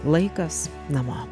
laikas namo